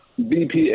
BPA